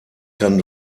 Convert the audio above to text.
kann